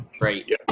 right